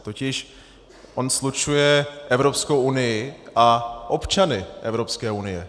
Totiž on slučuje Evropskou unii a občany Evropské unie.